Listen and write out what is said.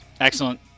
Excellent